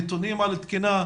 נתונים על תקינה,